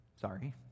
Sorry